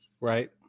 Right